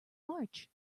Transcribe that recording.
march